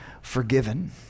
forgiven